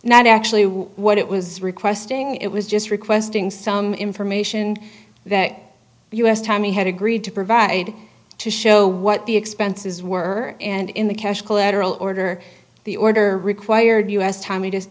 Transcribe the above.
not actually what it was requesting it was just requesting some information that us tommy had agreed to provide to show what the expenses were and in the cash collateral order the order required us timing just